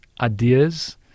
ideas